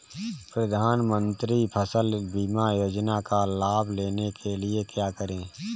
प्रधानमंत्री फसल बीमा योजना का लाभ लेने के लिए क्या करें?